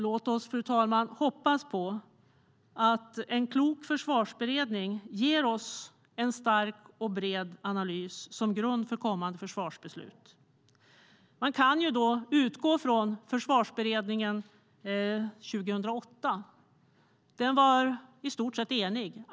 Låt oss hoppas på att en klok försvarsberedning ger oss en stark och bred analys som grund för kommande försvarsbeslut. Man kan då utgå från Försvarsberedningen 2008. Den var i stort sett enig.